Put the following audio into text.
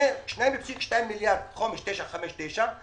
2.2 מיליארד תוכנית חומש 959,